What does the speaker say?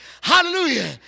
Hallelujah